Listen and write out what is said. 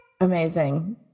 Amazing